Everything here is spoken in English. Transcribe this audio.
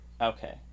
Okay